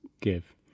give